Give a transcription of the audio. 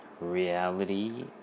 reality